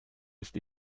ist